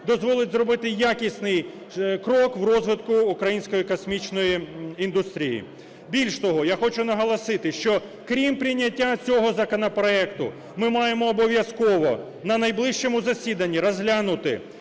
дозволить зробити якісний крок в розвитку української космічної індустрії, Більше того, я хочу наголосити, що, крім прийняття цього законопроекту, ми маємо обов'язково на найближчому засіданні розглянути